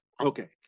Okay